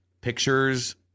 pictures